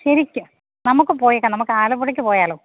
ശരിക്കും നമുക്ക് പോയേക്കാം നമുക്കാലപ്പുഴക്ക് പോയാലോ